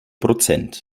prozent